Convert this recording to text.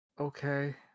Okay